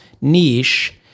niche